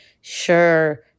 sure